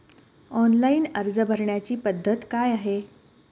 Online अर्ज भरण्याची पद्धत काय आहे?